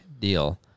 deal